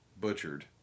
butchered